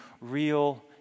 real